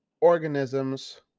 organisms